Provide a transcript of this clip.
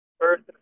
first